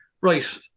right